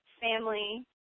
family